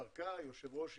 והתפרקה, היושב ראש התפטר,